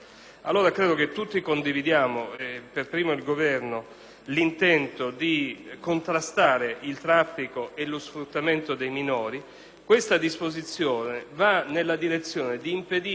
l'intento di contrastare il traffico e lo sfruttamento dei minori. Questa disposizione va nella direzione di impedire fasce di clandestinità (ma più che impedire di prevenire),